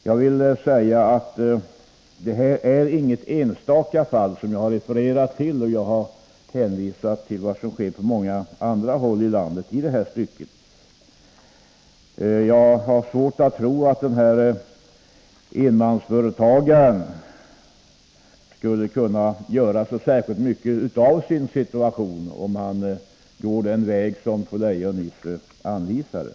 Jag vill framhålla att jag inte har refererat till något enstaka fall, utan jag har hänvisat till vad som skett på många håll i landet i det här avseendet. Jag har svårt att tro att enmansföretagaren skulle kunna åstadkomma så särskilt mycket, om han väljer att gå den väg som fru Leijon nyss anvisade.